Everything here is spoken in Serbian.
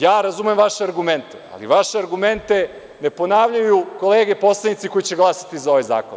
Ja razumem vaše argumente, ali vaše argumente ne ponavljaju kolege poslanici koji će glasati za ovaj zakon.